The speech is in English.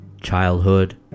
childhood